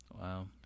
wow